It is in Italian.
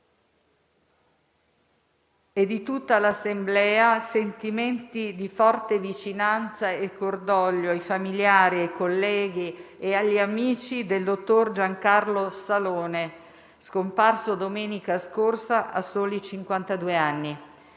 e di tutta l'Assemblea sentimenti di forte vicinanza e cordoglio ai familiari, ai colleghi e agli amici del dottor Giancarlo Salone, scomparso domenica scorsa a soli